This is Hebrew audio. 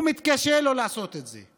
הוא מתקשה לא לעשות את זה.